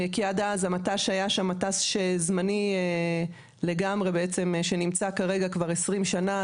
כי עד אז המט"ש שהיה שם היה זמני לגמרי בעצם שנמצא כרגע כבר עשרים שנה,